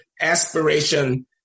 aspiration